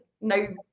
no